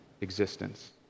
existence